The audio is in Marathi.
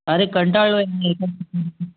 अरे कंटाळलो आहे मी इथं